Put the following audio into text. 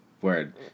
Word